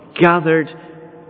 gathered